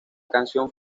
canción